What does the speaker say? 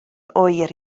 oer